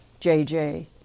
JJ